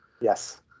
Yes